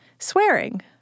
swearing